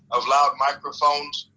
of loud microphone.